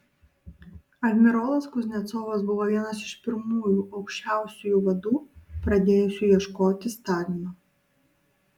admirolas kuznecovas buvo vienas iš pirmųjų aukščiausiųjų vadų pradėjusių ieškoti stalino